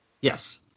Yes